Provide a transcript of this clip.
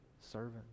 servant